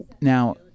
Now